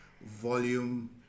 volume